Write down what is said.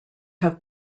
have